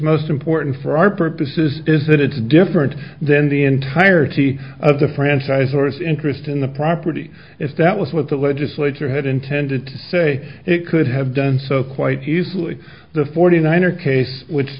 most important for our purposes is that it's different then the entirety of the franchise or its interest in the property if that was what the legislature had intended to say it could have done so quite easily the forty nine er case which